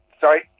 sorry